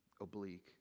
oblique